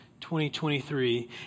2023